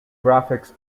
graphics